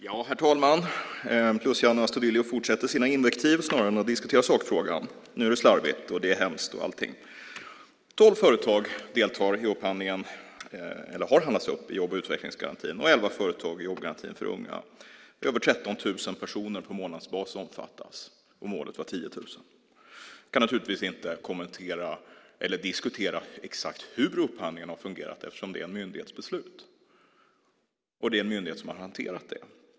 Herr talman! Luciano Astudillo fortsätter med sina invektiv snarare än att diskutera sakfrågan. Nu är det slarvigt, hemskt och allting. Tolv företag har handlats upp i jobb och utvecklingsgarantin och elva företag i jobbgarantin för unga. Det är över 13 000 personer på månadsbasis som omfattas, och målet var 10 000. Jag kan naturligtvis inte kommentera eller diskutera exakt hur upphandlingen har fungerat eftersom det är en myndighets beslut, och det är en myndighet som har hanterat det.